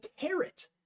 carrot